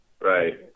Right